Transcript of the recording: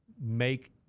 make